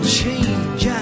change